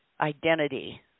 identity